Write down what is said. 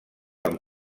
amb